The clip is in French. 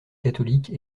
catholique